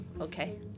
okay